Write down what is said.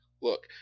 look